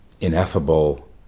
ineffable